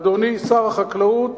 אדוני שר החקלאות: